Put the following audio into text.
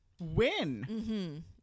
win